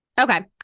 Okay